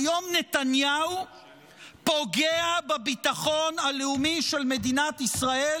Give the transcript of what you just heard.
והיום נתניהו פוגע בביטחון הלאומי של מדינת ישראל